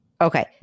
Okay